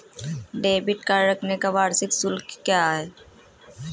Debit card रखने का वार्षिक शुल्क क्या है?